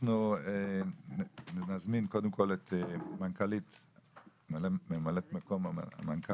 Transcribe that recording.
אנחנו נזמין קודם כול את ממלאת מקום מנכ"ל